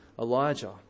Elijah